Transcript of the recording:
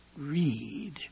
Read